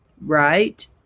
Right